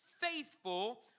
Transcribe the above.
faithful